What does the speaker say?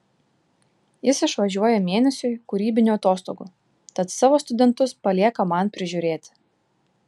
jis išvažiuoja mėnesiui kūrybinių atostogų tad savo studentus palieka man prižiūrėti